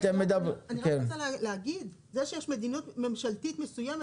זה שיש מדיניות ממשלתית מסוימת,